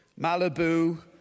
Malibu